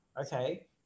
okay